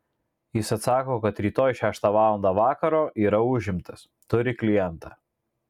jis atsako kad rytoj šeštą valandą vakaro yra užimtas turi klientą